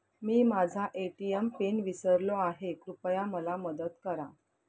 मी माझा ATM PIN विसरलो आहे, कृपया मला मदत करा